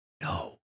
no